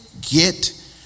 get